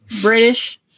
British